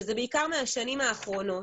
בעיקר מהשנים האחרונות,